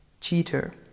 Cheater